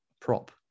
prop